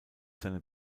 seine